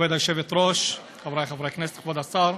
כבוד היושבת-ראש, חברי חברי הכנסת, כבוד השר,